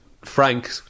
Frank